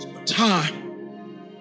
time